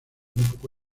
poco